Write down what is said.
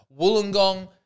Wollongong